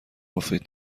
مفید